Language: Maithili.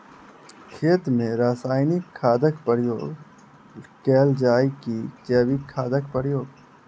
खेत मे रासायनिक खादक प्रयोग कैल जाय की जैविक खादक प्रयोग?